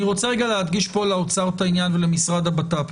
אני רוצה להדגיש לאוצר את העניין ולמשרד הבט"פ.